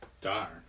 Darn